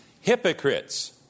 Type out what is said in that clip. hypocrites